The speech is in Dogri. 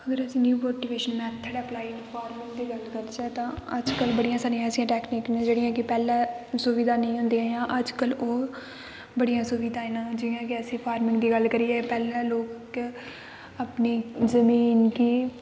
अगर अस न्यू मोटिबेशन मैथड़ अप्लाई दी गल्ल करचै तां अजकल्ल बड़ियां सारी ऐसी टैकनीक न जेह्ड़ियां पैह्लें सुविधा नेईं होदी ही अजकल्ल ओह् बड़िआं सुविधा न जि'यां कि अस फार्मर दी गल्ल करियै कि पैह्ले लोक अपनी जमीन गी